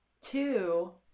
Two